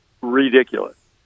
ridiculous